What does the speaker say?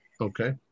Okay